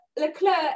Leclerc